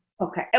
Okay